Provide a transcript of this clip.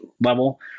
level